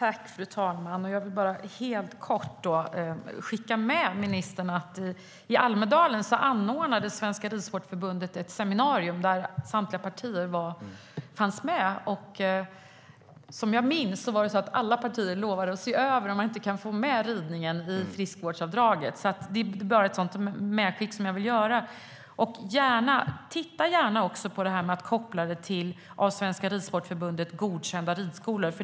Fru talman! Jag vill helt kort skicka med ministern att Svenska Ridsportförbundet anordnade ett seminarium i Almedalen där samtliga partier fanns med. Som jag minns det lovade alla partier att undersöka om man inte kunde få med ridningen vad gäller friskvårdsavdrag. Det är ett medskick som jag vill göra. Titta gärna också på möjligheten att koppla bidraget till av Svenska Ridsportförbundet godkända ridskolor.